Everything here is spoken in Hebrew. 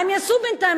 מה הם יעשו בינתיים,